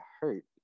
hurt